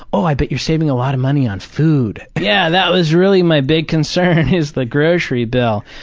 oh, i bet you're saving a lot of money on food. yeah, that was really my big concern is the grocery bill.